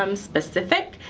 um specific,